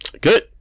Good